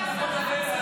אבל איפה השרה?